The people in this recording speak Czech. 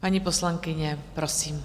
Paní poslankyně, prosím.